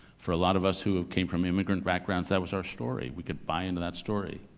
for a lot of us who have came from immigrant backgrounds, that was our story. we could buy into that story.